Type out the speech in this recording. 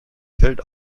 fällt